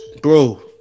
bro